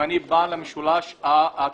אם אני בא למשולש הצפוני,